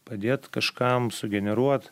padėt kažkam sugeneruot